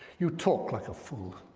you talk like a fool,